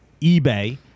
eBay